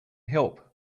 help